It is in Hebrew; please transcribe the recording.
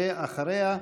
ואחריה,